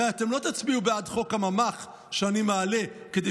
הרי אתם לא תצביעו בעד חוק הממ"ח שאני מעלה כדי